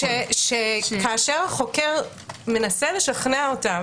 שכאשר החוקר מנסה לשכנע אותה,